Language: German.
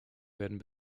werden